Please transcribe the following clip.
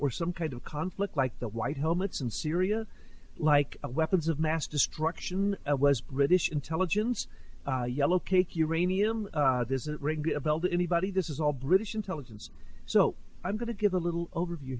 or some kind of conflict like the white helmets in syria like weapons of mass destruction was british intelligence yellowcake uranium does it ring a bell to anybody this is all british intelligence so i'm going to give a little overview